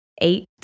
eight